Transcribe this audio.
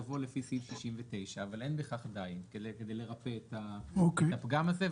יבוא לפי סעיף 69. אבל אין בכך די כדי לרפא את הפגם הזה,